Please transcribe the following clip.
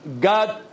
God